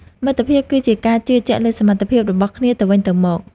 មិត្តភាពគឺជាការជឿជាក់លើសមត្ថភាពរបស់គ្នាទៅវិញទៅមក។